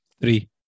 Three